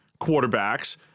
quarterbacks